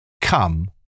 Come